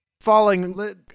falling